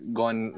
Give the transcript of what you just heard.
gone